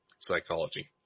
psychology